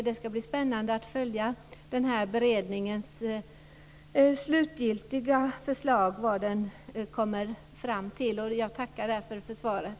Det ska bli spännande att följa vad den här beredningen kommer fram till i sitt slutgiltiga förslag. Jag tackar därför för svaret.